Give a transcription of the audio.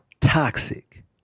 toxic